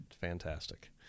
fantastic